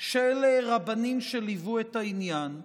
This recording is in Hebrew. של רבנים שליוו את העניין,